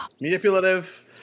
manipulative